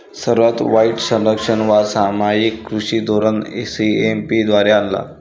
सर्वात वाईट संरक्षणवाद सामायिक कृषी धोरण सी.ए.पी द्वारे आला